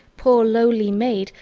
poor lowly maid,